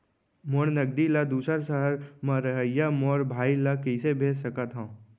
मोर नगदी ला दूसर सहर म रहइया मोर भाई ला कइसे भेज सकत हव?